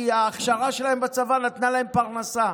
כי ההכשרה שלהם בצבא נתנה להם פרנסה.